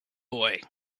boy